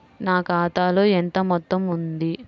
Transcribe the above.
నా ఖాతాలో ఎంత మొత్తం ఉంది?